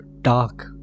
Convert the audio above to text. dark